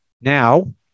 now